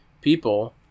people